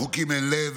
לחוקים אין לב,